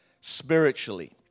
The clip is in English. spiritually